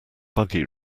buggy